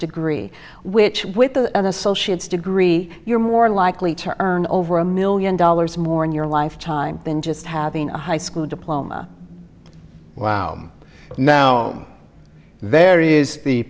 degree which with a an associate's degree you're more likely to earn over a million dollars more in your lifetime been just having a high school diploma wow now there is the